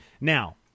Now